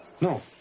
No